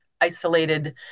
isolated